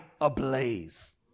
ablaze